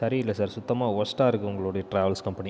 சரியில்லை சார் சுத்தமாக வொர்ஸ்ட்டாக இருக்குது உங்கள் ட்ராவல்ஸ் கம்பேனி